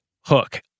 hook